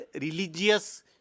religious